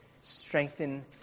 Strengthen